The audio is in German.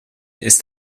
ist